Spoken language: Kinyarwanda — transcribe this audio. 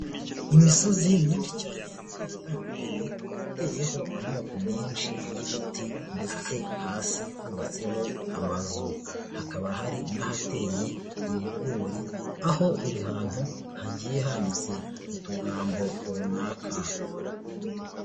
Imisozi myinshi cyane igiye itandukanye iteyeho amoko menshi y'ibiti ndetse hasi hubatseho amazu. Hakaba hari n'ahateye ibigori, aho buri hantu hagiye handitse utugambo runaka.